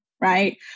right